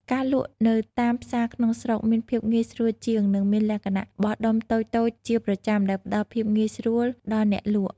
ការលក់នៅតាមផ្សារក្នុងស្រុកមានភាពងាយស្រួលជាង និងមានលក្ខណៈបោះដុំតូចៗជាប្រចាំដែលផ្តល់ភាពងាយស្រួលដល់អ្នកលក់។